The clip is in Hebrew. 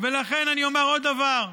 ולכן אני אומר עוד דבר.